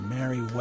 Mary